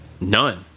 None